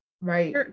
right